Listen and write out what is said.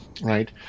right